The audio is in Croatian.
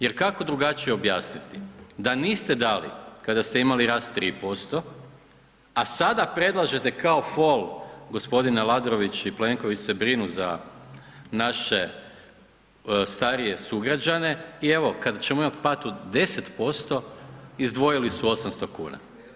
Jer kako drugačije objasniti da niste dali kada ste imali rast 3%, a sada predlaže kao fol, g. Aladrović i Plenković se brinu za naše starije sugrađane i evo, kad ćemo imati pad od 10%, izdvojili su 800 kuna.